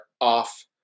off